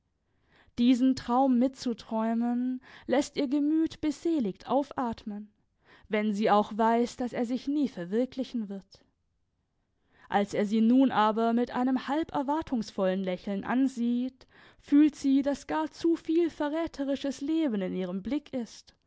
diesen traum mitzuträumen läßt ihr gemüt beseligt aufatmen wenn sie auch weiß daß er sich nie verwirklichen wird als er sie nun aber mit einem halb erwartungsvollen lächeln ansieht fühlt sie daß gar zu viel verräterisches leben in ihrem blick ist